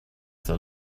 that